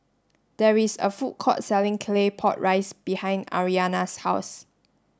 there is a food court selling claypot rice behind Aryanna's house